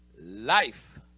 life